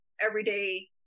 everyday